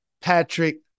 Patrick